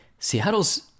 Seattle's